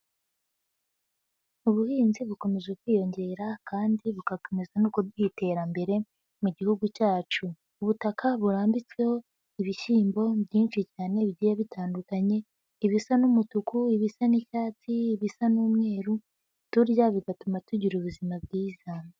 Ubuhinzi bukomeje kwiyongera kandi bugakomeza no bw'iterambere mu gihugu cyacu, ubutaka burambitsweho ibishyimbo byinshi cyane bigiye bitandukanye, ibisa n'umutuku, ibisa n'icyatsi, ibisa n'umweru, turya bigatuma tugira ubuzima bwiza.